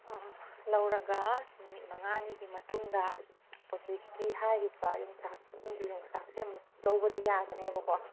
ꯂꯧꯔꯒ ꯅꯨꯃꯤꯠ ꯃꯉꯥꯅꯤꯒꯤ ꯃꯇꯨꯡꯗ ꯍꯧꯖꯤꯛꯀꯤ ꯍꯥꯏꯔꯤꯕ ꯌꯣꯡꯆꯥꯛ ꯁꯤꯡꯖꯨ ꯌꯣꯡꯆꯥꯛꯁꯦ ꯑꯃꯨꯛ ꯂꯧꯕꯗꯤ ꯌꯥꯒꯅꯦꯕꯀꯣ